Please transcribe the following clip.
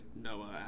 noah